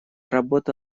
работа